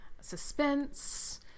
suspense